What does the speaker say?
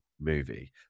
movie